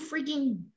freaking